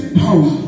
power